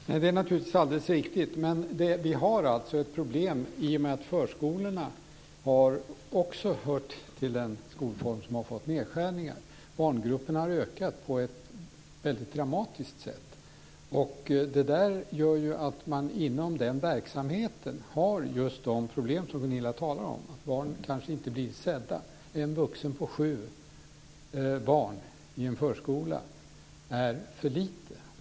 Fru talman! Nej, det är naturligtvis alldeles riktigt. Men vi har alltså ett problem i och med att förskolorna också hör till den skolform som har fått nedskärningar. Barngrupperna har ökat på ett mycket dramatiskt sätt. Det gör ju att man inom den verksamheten har just de problem som Gunilla Tjernberg talar om. Barn kanske inte blir sedda. En vuxen på sju barn i en förskola är för lite.